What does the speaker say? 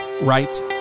right